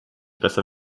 besser